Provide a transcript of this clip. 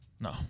No